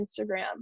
Instagram